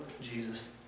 Jesus